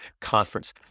conference